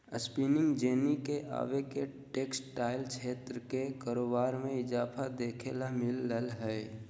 spinning jenny के आवे से टेक्सटाइल क्षेत्र के कारोबार मे इजाफा देखे ल मिल लय हें